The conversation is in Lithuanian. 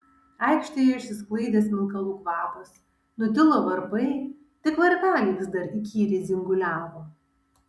aikštėje išsisklaidė smilkalų kvapas nutilo varpai tik varpeliai vis dar įkyriai dzinguliavo